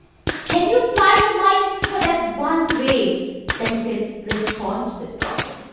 can you ply your mind for that one way that you can respond to the problem?